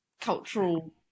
cultural